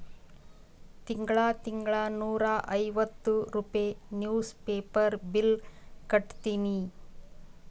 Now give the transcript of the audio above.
ತಿಂಗಳಾ ತಿಂಗಳಾ ನೂರಾ ಐವತ್ತ ರೂಪೆ ನಿವ್ಸ್ ಪೇಪರ್ ಬಿಲ್ ಕಟ್ಟತ್ತಿನಿ